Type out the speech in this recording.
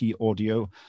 audio